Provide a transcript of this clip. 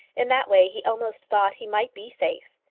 in that way he almost thought he might be safe.